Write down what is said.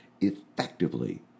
effectively